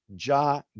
Ja